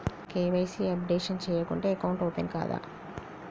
KYC updation చేయకుంటే account open కాదా?